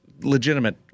legitimate